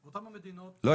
לא,